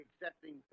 accepting